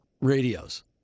radios